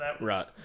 Right